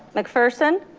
mcpherson.